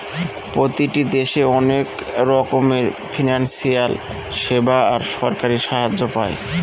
প্রতিটি দেশে অনেক রকমের ফিনান্সিয়াল সেবা আর সরকারি সাহায্য পায়